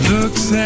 Looks